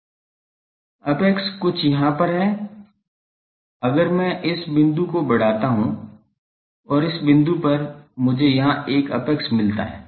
apex कुछ यहां पर है अगर मैं इस बिंदु को बढ़ाता हूं और इस बिंदु पर मुझे यहां एक एपेक्स मिलता है